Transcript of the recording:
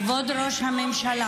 אדוני היושב-ראש,